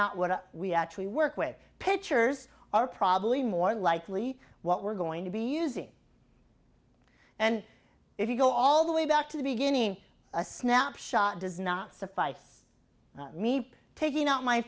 not what we actually work with pitchers are probably more likely what we're going to be using and if you go all the way back to the beginning a snapshot does not suffice me taking out my